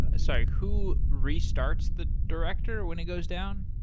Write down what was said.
ah so who restarts the director when it goes down?